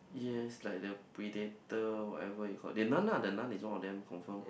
yes like the Predator whatever you call it the nun the nun ah the nun is one of them confirm